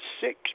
six